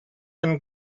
and